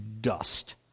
dust